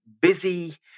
busy